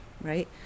right